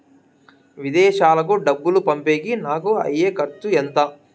విదేశాలకు డబ్బులు పంపేకి నాకు అయ్యే ఖర్చు ఎంత?